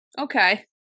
okay